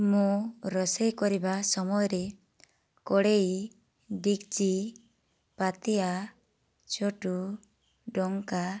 ମୁଁ ରୋଷେଇ କରିବା ସମୟରେ କଢ଼େଇ ଡ଼େକ୍ଚି ପାତିଆ ଚଟୁ ଡଙ୍କା